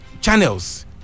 channels